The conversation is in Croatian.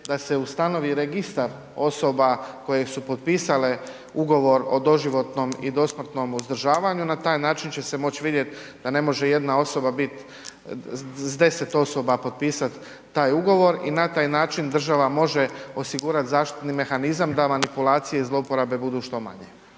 da se ustanovi registar osoba koje su potpisale ugovor o doživotnom i dosmrtnom uzdržavanju, na taj način će se moći vidjeti da ne može jedna osoba biti, s 10 osoba potpisat taj ugovor i na taj način država može osigurati zaštitni mehanizam da manipulacije i zlouporabe budu što manje.